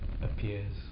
appears